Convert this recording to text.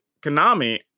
Konami